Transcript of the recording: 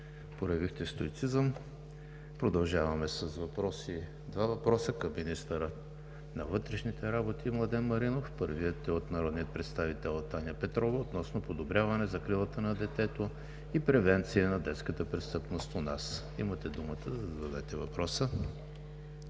Проявихте стоицизъм. Продължаваме с два въпроса към министъра на вътрешните работи Младен Маринов. Първият е от народния представител Таня Петрова относно подобряване закрилата на детето и превенция на детската престъпност у нас. Имате думата да зададете въпроса,